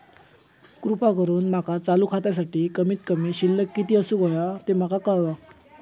कृपा करून माका चालू खात्यासाठी कमित कमी शिल्लक किती असूक होया ते माका कळवा